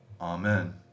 Amen